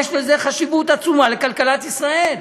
יש לזה חשיבות עצומה לכלכלת ישראל,